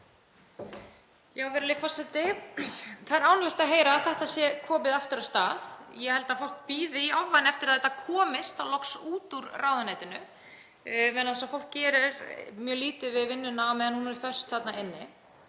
Virðulegi forseti. Það er ánægjulegt að heyra að þetta sé komið aftur af stað. Ég held að fólk bíði í ofvæni eftir að þetta komist loks út úr ráðuneytinu vegna þess að fólk gerir mjög lítið við vinnuna á meðan hún er föst þarna inni.